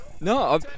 No